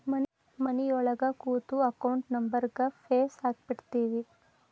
ಮನಿಯೊಳಗ ಕೂತು ಅಕೌಂಟ್ ನಂಬರ್ಗ್ ಫೇಸ್ ಹಾಕಿಬಿಡ್ತಿವಿ